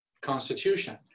constitution